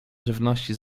żywności